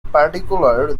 particular